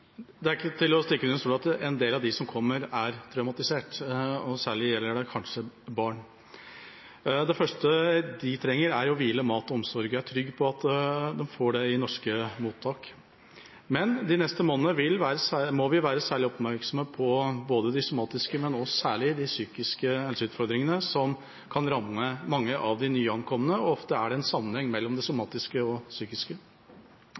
Det er ikke til å stikke under stol at en del av dem som kommer, er traumatisert. Særlig gjelder det kanskje barn. Det første de trenger, er hvile, mat og omsorg. Jeg er trygg på at de får det i norske mottak. Men de neste månedene må vi være særlig oppmerksomme på både de somatiske og særlig de psykiske helseutfordringene som kan ramme mange av de nyankomne – ofte er det en sammenheng mellom det somatiske og det psykiske.